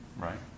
Right